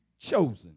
chosen